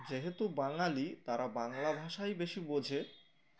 যেহেতু বাঙালি তারা বাংলা ভাষাই বেশি বোঝে